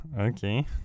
Okay